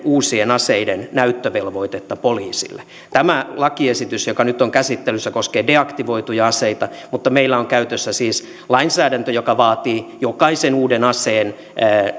uusien aseiden näyttövelvoitetta poliisille tämä lakiesitys joka nyt on käsittelyssä koskee deaktivoituja aseita mutta meillä on käytössä siis lainsäädäntö joka vaatii jokaisen uuden aseen